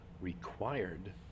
required